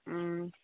ꯎꯝ